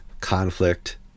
conflict